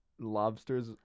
Lobsters